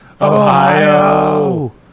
Ohio